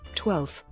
twelve,